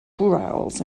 growls